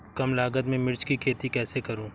कम लागत में मिर्च की खेती कैसे करूँ?